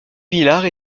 villard